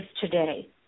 today